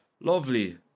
lovely